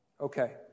Okay